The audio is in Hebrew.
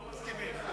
אנחנו מסכימים.